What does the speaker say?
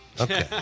Okay